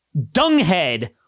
dunghead